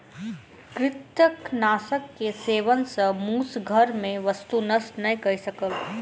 कृंतकनाशक के सेवन सॅ मूस घर के वस्तु नष्ट नै कय सकल